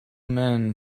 men